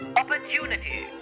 opportunity